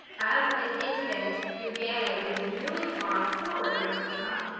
as an infant, your gag is really far forward on your tongue.